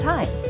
Time